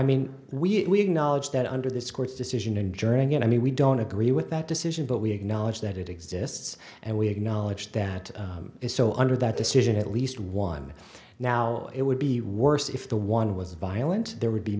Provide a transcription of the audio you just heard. mean we knowledge that under this court's decision in joining in i mean we don't agree with that decision but we acknowledge that it exists and we acknowledge that is so under that decision at least one now it would be worse if the one was violent there would be